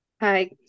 Hi